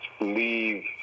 leave